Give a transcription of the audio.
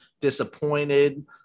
disappointed